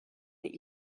that